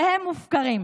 והם מופקרים.